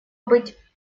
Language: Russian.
быть